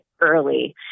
early